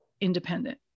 independent